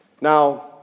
Now